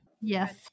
Yes